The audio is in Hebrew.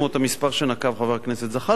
המספר שנקב חבר הכנסת זחאלקה,